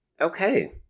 Okay